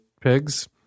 pigs